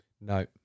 No